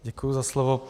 Děkuji za slovo.